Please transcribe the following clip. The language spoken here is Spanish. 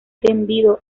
tendido